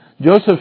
Joseph